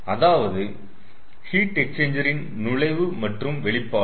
அதாவது ஹீட் எக்ஸ்சேஞ்சரின் நுழைவு மற்றும் வெளிப்பாடு